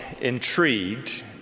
intrigued